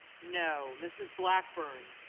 no. mrs. blackburn